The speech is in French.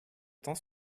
temps